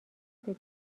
بده